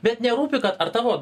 bet nerūpi kad ar tavo